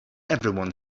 everyone